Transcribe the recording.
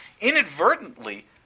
inadvertently